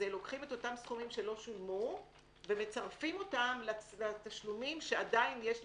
לוקחים את אותם סכומים שלא שולמו ומצרפים אותם לתשלומים שעדיין יש לשלם.